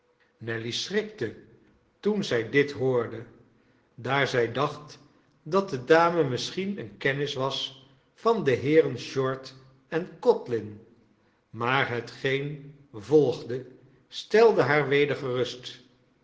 nelly schrikte toen zij dit hoorde daar zij dacht dat de dame misschien eene kennis was van de heeren short en codlin maar hetgeen volgde stelde haar weder gerust